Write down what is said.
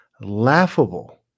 Laughable